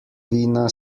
vina